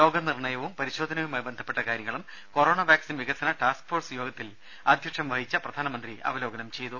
രോഗ നിർണ്ണയവും പരിശോധനയുമായി ബന്ധപ്പെട്ട കാര്യങ്ങളും കൊറോണാ വാക്സിൻ വികസന ടാസ്ക് ഫോഴ്സ് യോഗത്തിൽ അധ്യക്ഷം വഹിച്ച പ്രധാനമന്ത്രി അവലോകനം ചെയ്തു